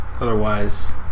otherwise